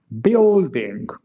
building